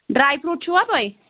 dry fruit چھُوا تۅہہِ